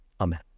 Amen